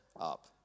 up